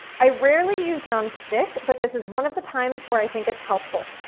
i rarely use nonstick, but this is one of the times where i think it's helpful.